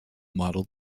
model